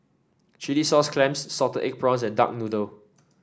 Chilli Sauce Clams Salted Egg Prawns and Duck Noodle